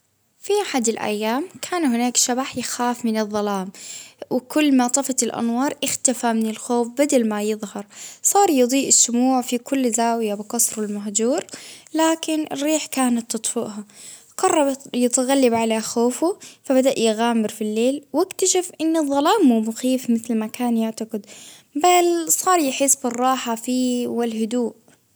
في أحد الأيام كان هناك شبح يخاف من الظلام، وكل ما طفت الأنوار إختفى من الخوف بدل ما يظهر، صار يضيء الشموع في كل زاوية بقصرة المهجور، لكن الريح كانت تطفئها، قررت يتغلب على خوفه، فبدأ يغامر في الليل ،وأكتشف إنه الظلام مو مخيف متل ما كان يعتقد بل صار يحس بالراحة فيه والهدوء.